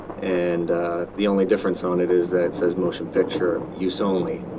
and ah the only difference on it is that it says motion picture use only.